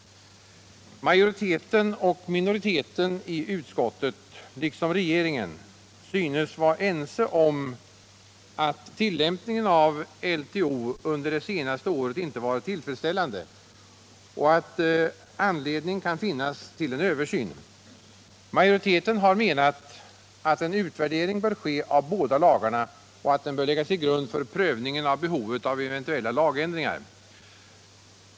Majoriteten och minoriteten i utskottet — liksom regeringen — synes vara ense om att tillämpningen av LTO under det senaste året inte varit tillfredsställande och att anledning kan finnas till en översyn. Majoriteten har menat att en utvärdering bör ske av båda lagarna och att den bör läggas till grund för prövningen av behovet av eventuella lagändringar.